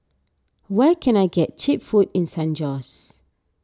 where can I get Cheap Food in San Jose